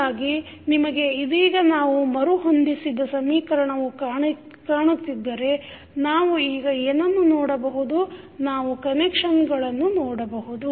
ಹೀಗಾಗಿ ನಿಮಗೆ ಇದೀಗ ನಾವು ಮರುಹೊಂದಿಸಿದ ಸಮೀಕರಣವು ಕಾಣುತ್ತಿದ್ದರೆ ನಾವು ಈಗ ಏನನ್ನು ನೋಡಬಹುದು ನಾವು ಕನೆಕ್ಷನ್ಗಳನ್ನು ನೋಡಬಹುದು